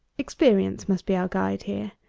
experience must be our guide here.